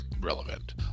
relevant